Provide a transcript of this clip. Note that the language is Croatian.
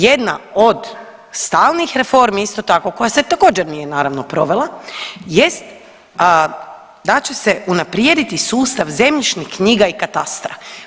Jedna od stalnih reformi, isto tako, koja se također, nije naravno provela jest da će se unaprijediti sustav zemljišnih knjiga i katastra.